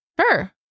Sure